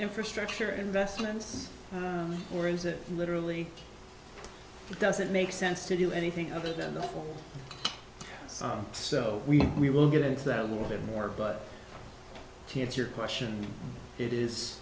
infrastructure investments or is it literally it doesn't make sense to do anything other than the four so we we will get into that a little bit more but to answer your question it is